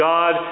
God